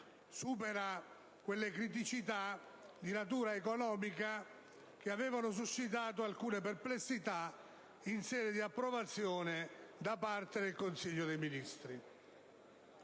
supera le criticità di natura economica che avevano suscitato alcune perplessità in sede di approvazione da parte del Consiglio dei ministri.